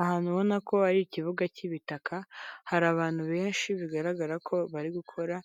Ahantu ubona ko ari ikibuga cy'ibitaka, hari abantu benshi bigaragara ko bari gukora